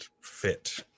fit